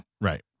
Right